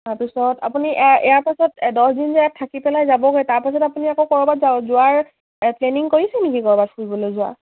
তাৰপিছত আপুনি ইয়াৰ পাছত দহ দিনযে ইয়াত থাকি পেলাই যাবগৈ তাৰপাছত আপুনি আকৌ ক'ৰবাত যোৱাৰ প্লেনিং কৰিছে নেকি ক'ৰবাত ফুৰিবলৈ যোৱা